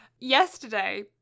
yesterday